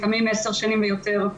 לפעמים עשר שנים ויותר,